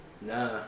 nah